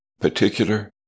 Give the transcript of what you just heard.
particular